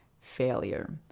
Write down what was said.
Failure